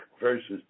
versus